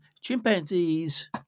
chimpanzees